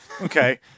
okay